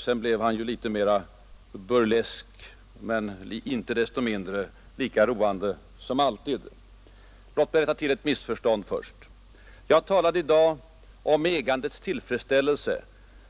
Sedan blev han ju litet mer burlesk, men inte desto mindre lika roande som alltid. Låt mig först rätta till ett missförstånd. Jag talade i dag om ägandets tillfredsställelse, om